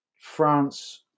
France